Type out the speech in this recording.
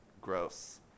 gross